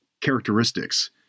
characteristics